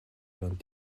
өрөөнд